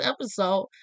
episode